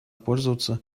пользоваться